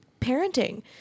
parenting